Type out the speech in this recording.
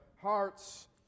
hearts